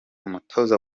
umutoza